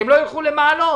הם לא ילכו למעלות.